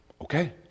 okay